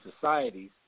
societies